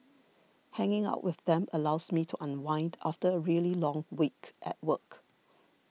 hanging out with them allows me to unwind after a really long week at work